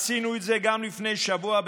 עשינו את זה גם לפני שבוע,